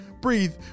breathe